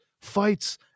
fights